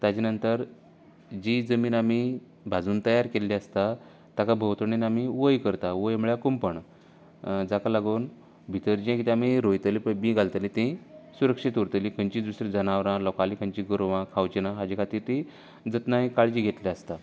ताचे नंतर जी जमीन आमी भाजून तयार केल्ली आसता ताका भोंवतणी आमी वंय करता वंय म्हळ्यार कुंपण जाकां लागून भितर जे कितें आमी रोयतली पळय बीं घालतलें ती सुरक्षीत उरतली खंयचीच जनावरां लोकांली खंयची गोरवां खावची नात हाजे खातीर ती जतनाय काळजी घेतली आसता